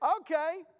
okay